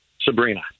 Sabrina